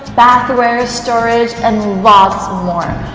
bathware, storage and lots more!